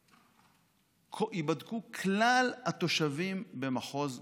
ייבדקו כלל התושבים במחוז מסוים,